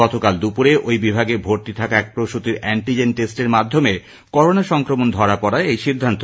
গতকাল দুপুরে ঐ বিভাগে ভর্তি থাকা এক প্রসৃতির এন্টিজেন টেস্টের মাধ্যমে করোনা সংক্রমণ ধরা পড়ায় এই সিদ্ধান্ত